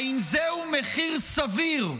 האם זהו מחיר סביר,